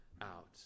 out